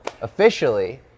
officially